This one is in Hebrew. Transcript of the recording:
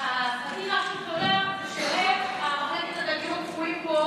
אני אסביר לכם מה עומד מאחורי הדבר הזה.